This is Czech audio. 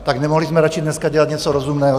Tak nemohli jsme raději dneska dělat něco rozumného?